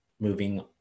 moving